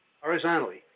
horizontally